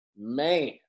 Man